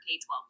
K-12